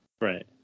Right